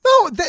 No